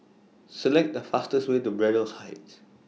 Select The fastest Way to Braddell Heights